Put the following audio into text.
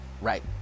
Right